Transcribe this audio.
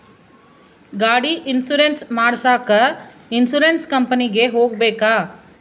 ಗಾಡಿ ಇನ್ಸುರೆನ್ಸ್ ಮಾಡಸಾಕ ಇನ್ಸುರೆನ್ಸ್ ಕಂಪನಿಗೆ ಹೋಗಬೇಕಾ?